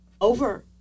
over